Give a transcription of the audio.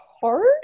hard